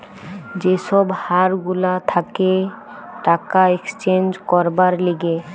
যে সব হার গুলা থাকে টাকা এক্সচেঞ্জ করবার লিগে